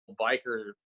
biker